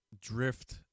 drift